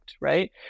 right